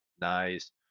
nice